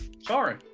Sorry